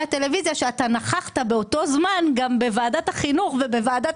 הטלוויזיה שאתה נכחת באותו זמן גם בוועדת החינוך ובוועדת